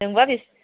नोंबा बेसे